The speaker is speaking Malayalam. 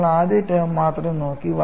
നമ്മൾ ആദ്യ ടേം മാത്രം നോക്കി